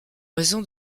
raison